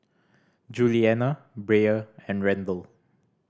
Julianna Brea and Randle